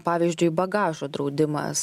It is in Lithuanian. pavyzdžiui bagažo draudimas